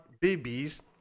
babies